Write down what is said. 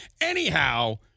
Anyhow